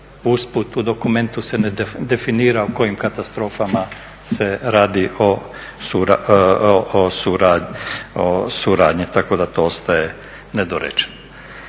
Usput u dokumentu se ne definira o kojim katastrofama se radi o suradnji, tako da to ostaje nedorečeno.